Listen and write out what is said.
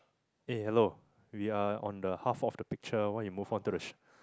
eh hello we are on the half of the picture why you move on to the